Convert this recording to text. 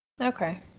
Okay